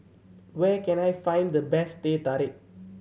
where can I find the best Teh Tarik